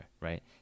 right